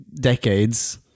decades